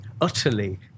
utterly